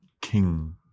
king